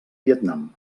vietnam